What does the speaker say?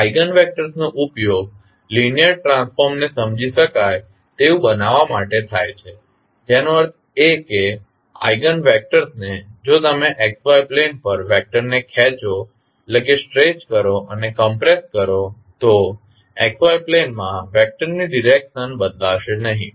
eigen વેક્ટર્સનો ઉપયોગ linear transform ને સમજી શકાય તેવું બનાવવા માટે થાય છે જેનો અર્થ એ કે આઇગન વેક્ટર્સ ને જો તમે XY પ્લેન પર વેક્ટરને ખેંચો અને કોમ્પ્રેસ કરો તો XY પ્લેનમાં વેક્ટરની ડીરેક્શન બદલાશે નહીં